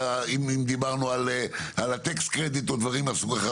אם דיברנו על נקודות זיכוי מס או דברים מהסוג הזה,